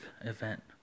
event